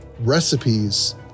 recipes